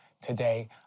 today